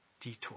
detour